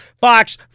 Fox